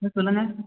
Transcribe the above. ஆ சொல்லுங்கள்